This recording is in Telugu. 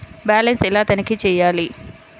బ్యాలెన్స్ ఎలా తనిఖీ చేయాలి?